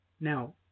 Now